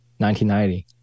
1990